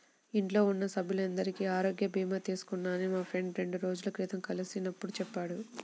ఇంట్లో ఉన్న సభ్యులందరికీ ఆరోగ్య భీమా తీసుకున్నానని మా ఫ్రెండు రెండు రోజుల క్రితం కలిసినప్పుడు చెప్పాడు